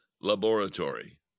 laboratory